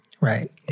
Right